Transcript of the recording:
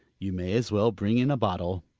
you may as well bring in a bottle.